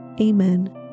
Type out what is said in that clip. Amen